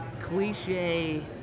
cliche